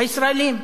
הישראלים.